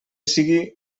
sigui